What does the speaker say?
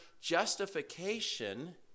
justification